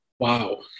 Wow